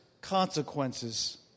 consequences